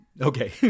Okay